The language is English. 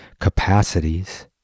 capacities